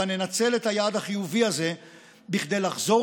הבה ננצל את היעד החיובי הזה כדי לחזור